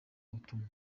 ubutumwa